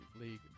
League